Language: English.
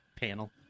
panel